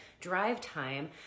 DriveTime